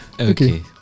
Okay